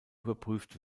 überprüft